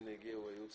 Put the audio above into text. לא יורד